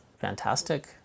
fantastic